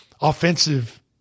offensive